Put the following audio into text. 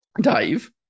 Dave